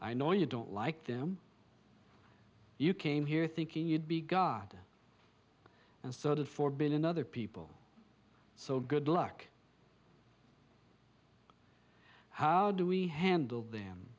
i know you don't like them you came here thinking you'd be god and so did four billion other people so good luck how do we handle them